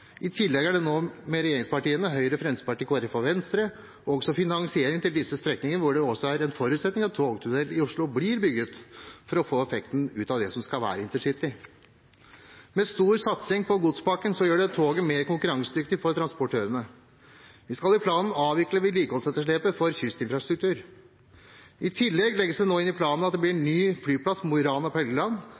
i tillegg til Ringeriksbanen. Med regjeringspartiene, Høyre og Fremskrittspartiet – og Kristelig Folkeparti og Venstre – er det i tillegg finansiering av disse strekningene, hvor det også er en forutsetning at en togtunnel i Oslo blir bygget for å få effekten ut av det som skal være intercity. Stor satsing på godspakken gjør toget mer konkurransedyktig for transportørene. Vi skal i planen avvikle vedlikeholdsetterslepet på kystinfrastruktur. I tillegg legges det nå inn i planen at det blir ny flyplass i Mo i Rana